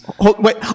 Wait